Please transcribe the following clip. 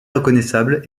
reconnaissables